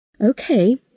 Okay